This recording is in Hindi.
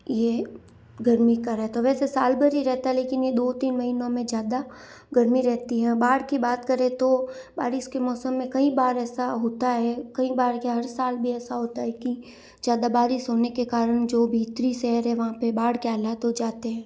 यह गर्मी का रहता है वैसे साल भर ही रहता है लेकिन ये दो तीन महीनों में ज़्यादा गर्मी रहती है बाड़ की बात करें तो बारिश के मौसम में कई बार ऐसा होता है कई बार क्या हर साल भी ऐसा होता है कि ज़्यादा बारिश होने के कारण जो भीतरी शहर हैं वहाँ पर बाड़ के हालात हो जाते हैं